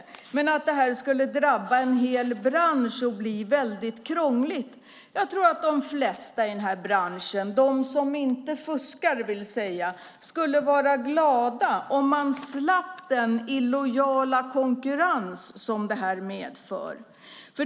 När det gäller att detta skulle drabba en hel bransch och bli väldigt krångligt tror jag att de flesta i denna bransch - de som inte fuskar, vill säga - skulle vara glada om man slapp den illojala konkurrens detta medför.